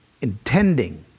intending